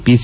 PC